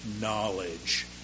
knowledge